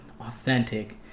authentic